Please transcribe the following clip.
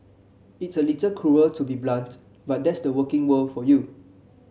it's a little cruel to be so blunt but that's the working world for you